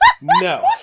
No